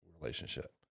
relationship